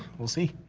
we'll see.